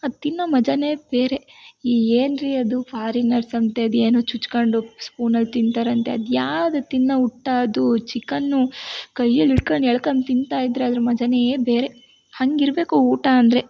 ಅದು ತಿನ್ನೊ ಮಜಾನೇ ಬೇರೆ ಈ ಏನು ರೀ ಅದು ಫಾರಿನರ್ಸ್ ಅಂತೆ ಅದು ಏನೋ ಚುಚ್ಕೊಂಡು ಸ್ಪೂನಲ್ಲಿ ತಿಂತಾರಂತೆ ಅದು ಯಾವ್ದು ತಿನ್ನೊ ಹುಟ್ಟಾ ಅದು ಚಿಕನ್ನು ಕೈಯಲ್ಲಿ ಹಿಡ್ಕೊಂಡ್ ಎಳ್ಕೊಂಡ್ ತಿಂತಾಯಿದ್ದರೆ ಅದ್ರ ಮಜಾನೇ ಬೇರೆ ಹಾಗಿರ್ಬೇಕು ಊಟ ಅಂದರೆ